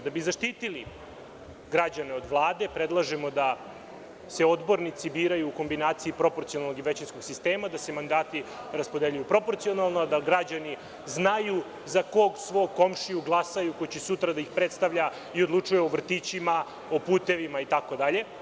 Da bi zaštitili građane od Vlade predlažemo da se odbornici biraju u kombinaciji proporcionalnog i većinskog sistema, da se mandati raspoređuju proporcionalno, a da građani znaju za kog svog komšiju glasaju, koji će sutra da ih predstavlja i odlučuje o vrtićima, o putevima itd.